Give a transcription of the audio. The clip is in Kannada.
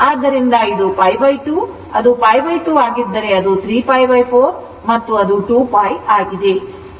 ಆದ್ದರಿಂದ ಇದು π 2 ಅದು π 2 ಆಗಿದ್ದರೆ ಅದು 3π 4 ಮತ್ತು ಅದು 2π ಆಗಿದೆ